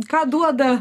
ką duoda